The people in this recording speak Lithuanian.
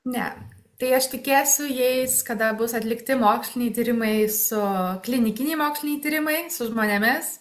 ne tai aš tikėsiu jais kada bus atlikti moksliniai tyrimai su klinikiniai moksliniai tyrimai su žmonėmis